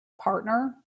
partner